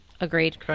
Agreed